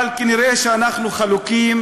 אבל נראה שאנחנו חלוקים,